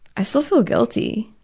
i still feel guilty.